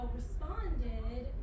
responded